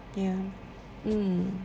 ya mm